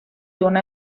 una